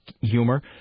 humor